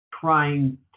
trying